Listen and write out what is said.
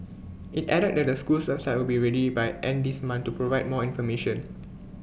IT added that the school's website will be ready by end this month to provide more information